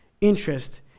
interest